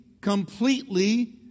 completely